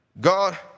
God